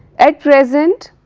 at present,